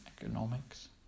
economics